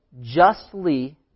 justly